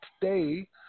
today